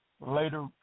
Later